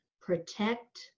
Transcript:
protect